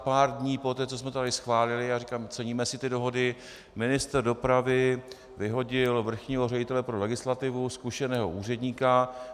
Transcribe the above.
Pár dní poté, co jsme to tady schválili říkám, ceníme si té dohody , ministr dopravy vyhodil vrchního ředitele pro legislativu, zkušeného úředníka.